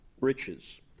riches